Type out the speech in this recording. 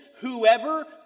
Whoever